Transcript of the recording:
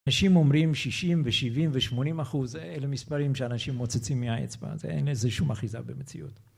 אנשים אומרים שישים ושבעים ושמונים אחוז, אלה מספרים שאנשים מוצצים מהאצבע, אין לזה שום אחיזה במציאות.